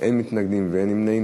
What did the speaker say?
מתנגדים ואין נמנעים.